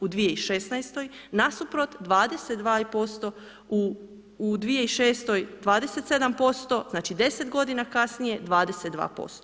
U 2016. nasuprot 22% u 2006. 27%, znači 10 godina kasnije 22%